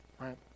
right